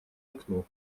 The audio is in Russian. окно